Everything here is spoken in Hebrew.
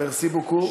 מרסי בוקו.